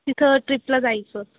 तिथं ट्रिपला जायचं